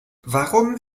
warum